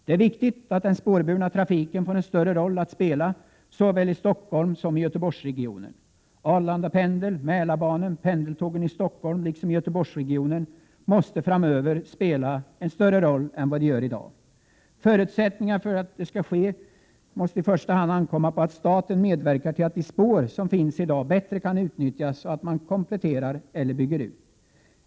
Det är viktigt att den spårburna trafiken får spela en större roll såväl i Stockholmsregionen som i Göteborgsregionen. Arlandapendeln, Mälarbanan och pendeltågen i Stockholmsområdet liksom i Göteborgsregionen måste framöver spela en större roll än de gör i dag. För att möjliggöra detta måste det i första hand ankomma på staten att medverka till att de spår som redan finns bättre kan utnyttjas och att man kompletterar eller bygger ut.